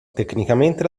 tecnicamente